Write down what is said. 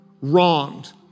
wronged